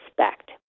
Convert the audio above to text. respect